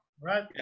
right